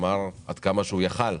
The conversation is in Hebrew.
הוא שמר עד כמה שהוא היה יכול,